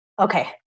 Okay